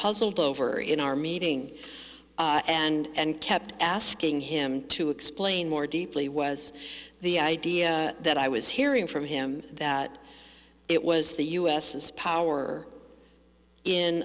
puzzled over in our meeting and kept asking him to explain more deeply was the idea that i was hearing from him that it was the u s is power in